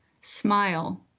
smile